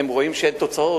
הן רואות שאין תוצאות,